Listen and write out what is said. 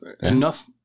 enough